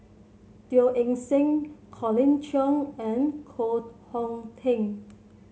Teo Eng Seng Colin Cheong and Koh Hong Teng